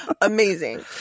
amazing